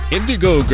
Indigo